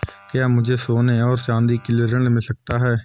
क्या मुझे सोने और चाँदी के लिए ऋण मिल सकता है?